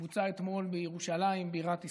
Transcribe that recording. שבוצע אתמול בירושלים בירת ישראל.